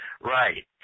Right